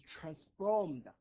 Transformed